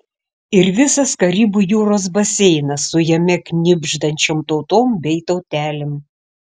ir visas karibų jūros baseinas su jame knibždančiom tautom bei tautelėm